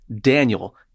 Daniel